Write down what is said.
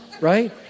right